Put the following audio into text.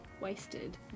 wasted